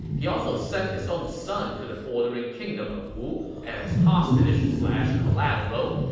he also sent his own son to the bordering kingdom of wu as hostage slash collateral,